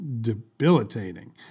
debilitating